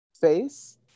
face